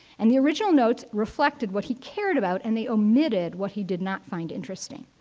and the original notes reflected what he cared about and they omitted what he did not find interesting.